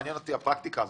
פניקס.